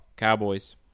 Cowboys